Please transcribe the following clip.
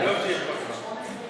גם פגרה, גם חקיקה, לא תהיה פגרה.